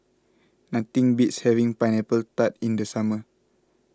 nothing beats having Pineapple Tart in the summer